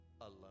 alone